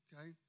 okay